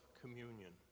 communion